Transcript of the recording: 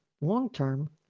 long-term